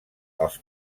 els